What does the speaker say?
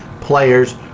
players